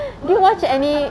do you watch any